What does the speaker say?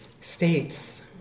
states